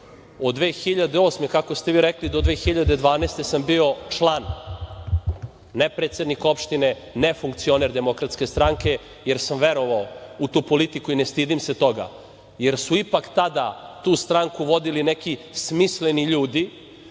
godine, kako ste vi rekli, do 2012. godine sam bio član, ne predsednik opštine, ne funkcioner Demokratske stranke, jer sam verovao u tu politiku i ne stidim se toga, jer su ipak tada tu stranku vodili neki smisleni ljudi.